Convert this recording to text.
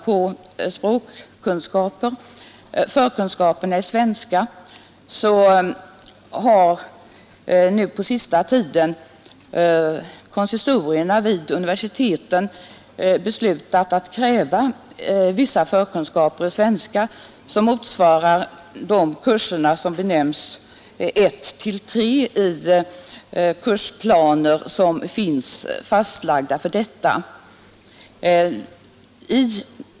På senaste tiden har konsistorierna vid universiteten beslutat kräva vissa förkunskaper i svenska, som motsvarar de kurser som benämns Svenska 1—3 i de kursplaner som finns fastlagda för denna undervisning.